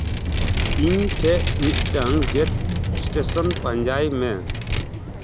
ᱤᱧ ᱴᱷᱮᱱ ᱢᱤᱫᱴᱟᱱ ᱜᱮᱥ ᱥᱴᱮᱥᱚᱱ ᱯᱟᱧᱡᱟᱭ ᱢᱮ